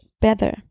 better